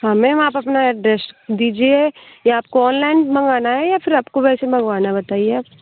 हाँ मैम आप अपना एड्रेस दीजिए या आपको ऑनलाइन मंगवाना है या फिर आपको वैसे मंगवाना है बताइए आप